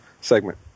segment